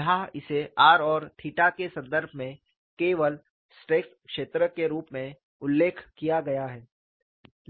यहां इसे r और थीटा के संदर्भ में केवल स्ट्रेस क्षेत्र के रूप में उल्लेख किया गया है